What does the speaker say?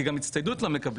כי גם הצטיידות הם לא מקבלים,